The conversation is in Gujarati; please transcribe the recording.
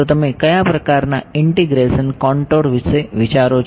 તો તમે કયા પ્રકારનાં ઇંટિગ્રેશન કોંટોર વિશે વિચારો છો